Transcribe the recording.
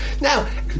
Now